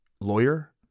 lawyer